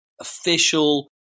official